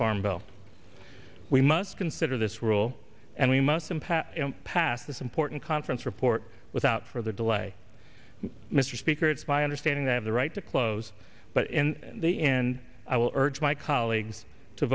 farm bill we must consider this rule and we must empower pass this important conference report without further delay mr speaker it's my understanding that the right to close but in the end i will urge my colleagues to